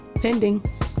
Pending